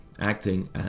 acting